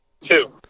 Two